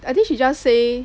I think she just say